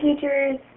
teachers